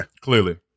Clearly